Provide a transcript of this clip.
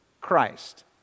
Christ